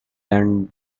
and